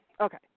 Okay